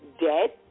dead